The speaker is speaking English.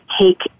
take